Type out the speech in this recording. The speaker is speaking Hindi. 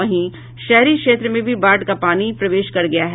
वहीं शहरी क्षेत्र में भी बाढ़ का पानी प्रवेश कर गया है